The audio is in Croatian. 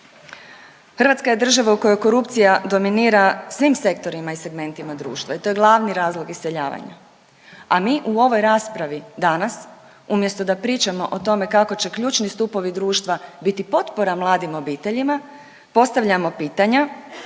Hrvatska je država u kojoj korupcija dominira svim sektorima i segmentima društva i to je glavni razlog iseljavanja, a mi u ovoj raspravi danas umjesto da pričamo o tome kako će ključni stupovi društva biti potpora mladim obiteljima postavljamo pitanja,